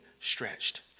stretched